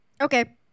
Okay